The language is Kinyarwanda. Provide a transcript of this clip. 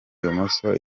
bumoso